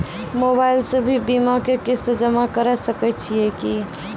Mobile से भी बीमा के किस्त जमा करै सकैय छियै कि?